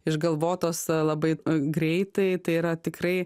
išgalvotos a labai greitai tai yra tikrai